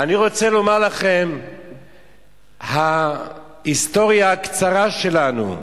אני רוצה לומר לכם שההיסטוריה הקצרה שלנו בעמונה,